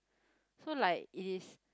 so like is